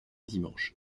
dimanches